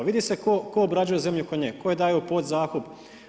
Vidi se tko obrađuje zemlju tko ne, tko je daje u podzakup.